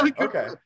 okay